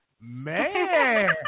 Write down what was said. man